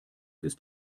ist